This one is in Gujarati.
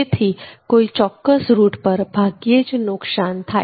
જેથી કોઈ ચોક્કસ રૂટ પર ભાગ્યે જ નુકશાન થાય